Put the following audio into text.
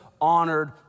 honored